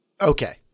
okay